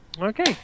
Okay